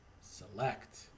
select